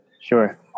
Sure